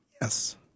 Yes